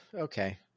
okay